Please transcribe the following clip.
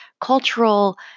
cultural